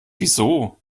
wieso